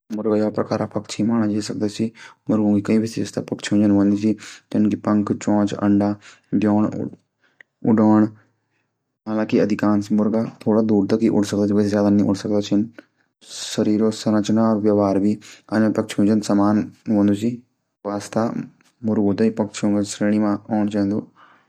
मुर्गा जो चे वो पक्षी की प्रजाति में औन्दु किलैकि ते के पंख होंदे और जो पूरा शरीर होंदु न ते को और सू अंडू भी देंदु उड़ भी सकदु इसीलिए सू पक्षी के केटेगरी में आन्दू